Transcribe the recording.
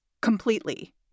completely